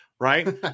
Right